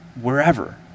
wherever